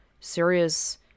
serious